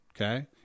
okay